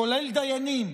כולל דיינים,